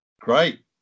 Great